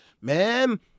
man